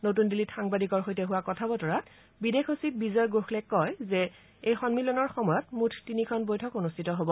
নতুন দিল্লীত সাংবাদিকৰ সৈতে হোৱা কথা বতৰাত বিদেশ সচিব বিজয় গোখলে কয় যে এই সন্মিলনৰ সময়ত মূঠ তিনিখন বৈঠক অনুষ্ঠিত হ'ব